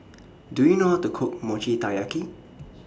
Do YOU know How to Cook Mochi Taiyaki